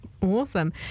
Awesome